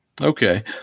Okay